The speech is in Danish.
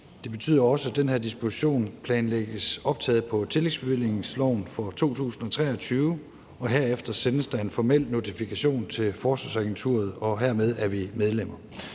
det betyder også, at den her disposition planlægges optaget på tillægsbevillingsloven for 2023, og herefter sendes der en formel notifikation til Forsvarsagenturet, og hermed er vi medlemmer.